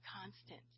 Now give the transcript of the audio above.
constant